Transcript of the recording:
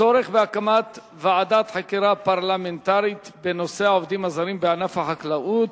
הצורך בהקמת ועדת חקירה פרלמנטרית בנושא העובדים הזרים בענף החקלאות,